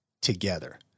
together